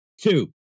Two